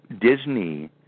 Disney